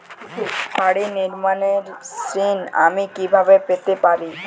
বাড়ি নির্মাণের ঋণ আমি কিভাবে পেতে পারি?